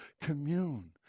commune